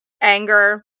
anger